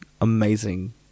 Amazing